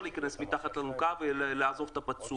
להיכנס מתחת לאלונקה ולעזוב את הפצוע.